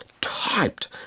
typed